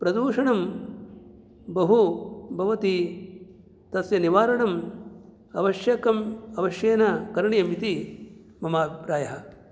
प्रदूषणं बहु भवति तस्य निवारणम् आवश्यकम् अवश्येन करणीयम् इति मम अभिप्रायः